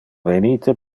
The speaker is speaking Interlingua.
venite